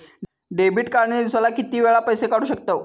Debit card ने दिवसाला किती वेळा पैसे काढू शकतव?